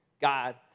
God